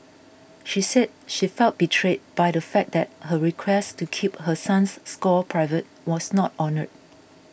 she said she felt betrayed by the fact that her request to keep her son's score private was not honoured